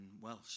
Welsh